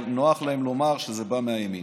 אבל נוח להם לומר שזה בא מהימין.